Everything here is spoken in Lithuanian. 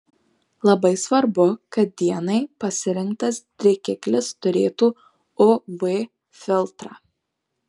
labai svarbu kad dienai pasirinktas drėkiklis turėtų uv filtrą